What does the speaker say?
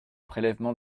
prélèvement